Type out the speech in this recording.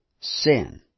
sin